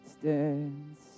stands